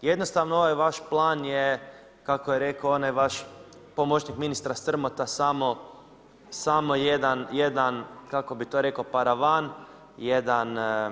Jednostavno, ovaj vaš plan je, kako je rekao onaj vaš pomoćnik ministra Strmota, samo jedan, kako bih to rekao, paravan, jedan.